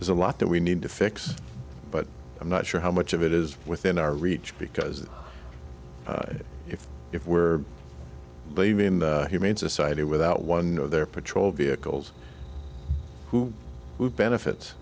there's a lot that we need to fix but i'm not sure how much of it is within our reach because if if we're leaving the humane society without one of their patrol vehicles who benefits